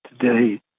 today